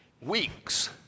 weeks